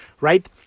right